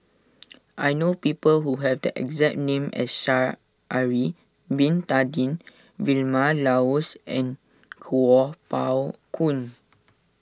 I know people who have the exact name as Sha'ari Bin Tadin Vilma Laus and Kuo Pao Kun